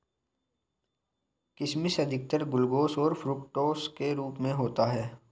किशमिश अधिकतर ग्लूकोस और फ़्रूक्टोस के रूप में होता है